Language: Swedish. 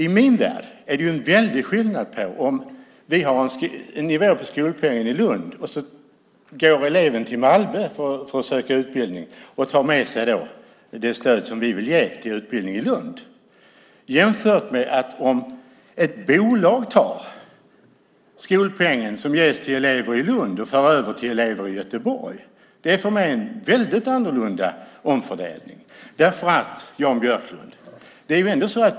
I min värld är det en väldig skillnad på om eleven går till Malmö för att söka utbildning och tar med sig det stöd som vi vill ge till utbildning i Lund och om ett bolag tar skolpengen som ges till elever i Lund och för över till elever i Göteborg. För mig är det en väldigt annorlunda omfördelning.